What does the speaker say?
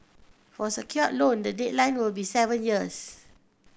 for secured loan the deadline will be seven years